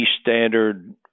standard